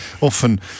often